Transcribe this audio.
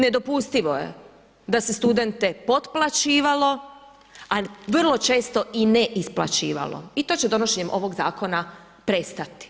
Nedopustivo je da se studente potplaćivalo a vrlo često i ne isplaćivalo i to će donošenjem ovoga zakona prestati.